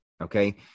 okay